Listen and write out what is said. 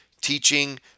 teaching